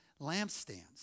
lampstands